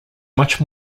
much